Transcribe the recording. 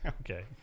Okay